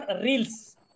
reels